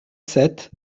sept